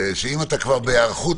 שאם אתה כבר בהיערכות,